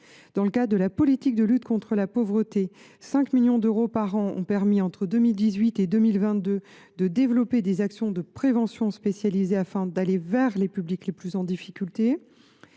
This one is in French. dans le cadre de la politique de lutte contre la pauvreté, 5 millions d’euros par an ont permis de développer des actions de prévention spécialisée afin d’aller vers les publics qui rencontrent